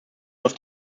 auf